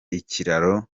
ikiraro